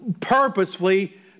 purposefully